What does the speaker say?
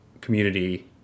community